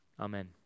Amen